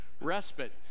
respite